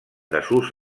desús